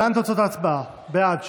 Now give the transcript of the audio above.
להלן תוצאות ההצבעה: בעד,